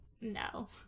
no